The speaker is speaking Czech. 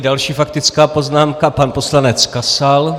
Další faktická poznámka pan poslanec Kasal.